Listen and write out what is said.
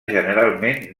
generalment